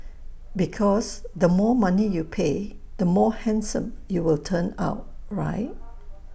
because the more money you pay the more handsome you will turn out right